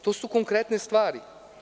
To su konkretne stvari.